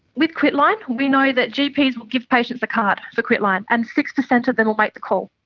with quitline, we know that gps will give patients a card for quitline, and six percent of them will make the call,